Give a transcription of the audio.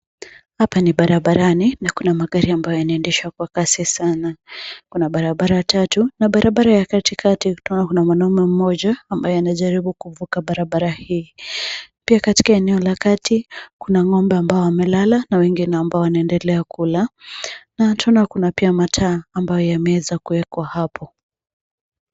Hapa ni barabarani na kuna magari ambayo yanaendeshwa kwa kasi sana. Kuna barabara tatu na barabara ya katikati tunaona kuna mwanaume mmoja ambaye anajaribu kuvuka barabara hii .Pia katika eneo la kati, kuna ngombe ambao wamelala na wengine ambao wanaendelea kula na tunaona kuna pia mataa ambayo yameweza kuwekwa hapo.